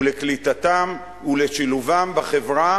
לקליטתם ולשילובם בחברה,